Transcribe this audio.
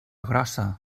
grossa